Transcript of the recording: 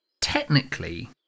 Technically